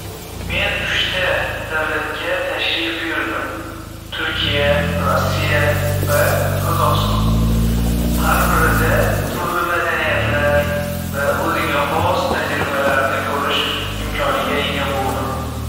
Men uch ta davlatga tashrif buyurdim. Turkiya, Rossiya va Qozog‘iston. Har birida turli madaniyatlar va o‘ziga xos tajribalarni ko‘rish imkoniga ega bo‘ldim.